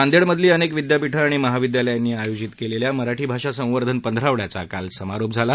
नांदेडमधली अनेक विदयापीठं आणि महाविदयालायांनी आयोजित केलेल्या मराठी भाषा संवर्धन पंधरवड्याचा काल समारोप झाला